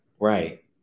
right